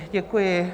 Děkuji.